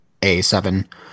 A7